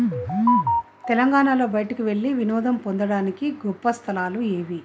తెలంగాణలో బయటికి వెళ్ళి వినోదం పొందడానికి గొప్ప స్థలాలు ఏవి